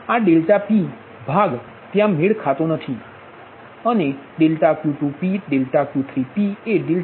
આ ∆P ભાગ ત્યાં મેળ ખાતો નથી અને ∆Q2p ∆Q3p